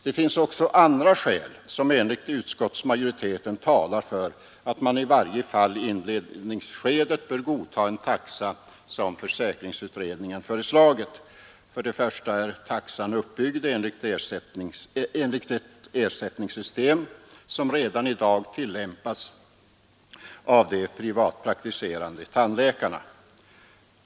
Det finns också andra skäl som enligt utskottsmajoriteten talar för att man i varje fall i inledningsskedet bör godta den taxa som försäkringsutredningen föreslagit. För det första är taxan uppbyggd enligt ett ersättningssystem som redan i dag tillämpas av de privatpraktiserande tandläkarna.